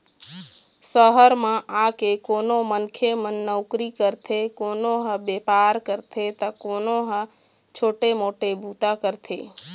सहर म आके कोनो मनखे मन नउकरी करथे, कोनो ह बेपार करथे त कोनो ह छोटे मोटे बूता करथे